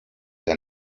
der